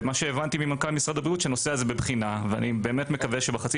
מה שהבנתי ממנכ"ל משרד הבריאות שהנושא בבחינה ואני מקווה שבחצי